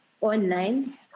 online